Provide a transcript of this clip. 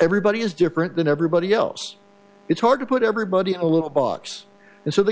everybody is different than everybody else it's hard to put everybody a little box and so the